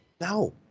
No